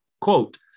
Quote